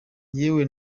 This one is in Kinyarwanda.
yewe